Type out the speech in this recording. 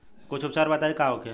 कुछ उपचार बताई का होखे?